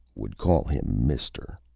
would call him mister.